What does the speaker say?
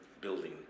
building